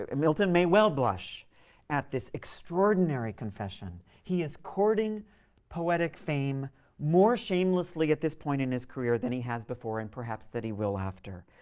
and milton may well blush at this extraordinary confession. he is courting poetic fame more shamelessly at this point in his career than he has before and perhaps that he will after.